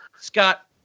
Scott